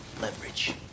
Leverage